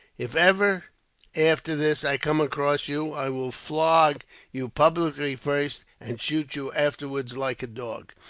if ever after this i come across you, i will flog you publicly first, and shoot you afterwards like a dog,